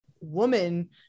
woman